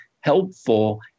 helpful